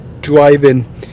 driving